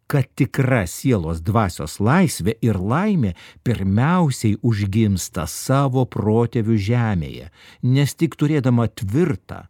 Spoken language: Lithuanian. kad tikra sielos dvasios laisvė ir laimė pirmiausiai užgimsta savo protėvių žemėje nes tik turėdama tvirtą